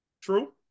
True